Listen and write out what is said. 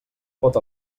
pot